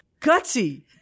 Gutsy